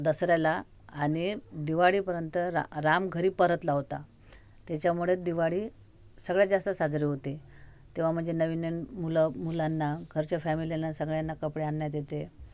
दसऱ्याला आणि दिवाळीपर्यंत रा राम घरी परतला होता त्याच्यामुळे दिवाळी सगळ्यात जास्त साजरी होते तेव्हा म्हणजे नवीन नवीन मुलं मुलांना घरच्या फॅमिलीना सगळ्यांना कपडे आणण्यात येते